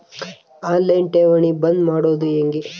On line ಠೇವಣಿ ಬಂದ್ ಮಾಡೋದು ಹೆಂಗೆ?